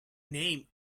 named